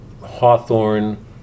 Hawthorne